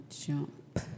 jump